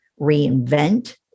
reinvent